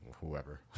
whoever